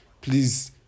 please